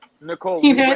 Nicole